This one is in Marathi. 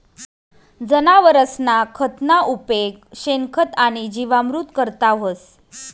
जनावरसना खतना उपेग शेणखत आणि जीवामृत करता व्हस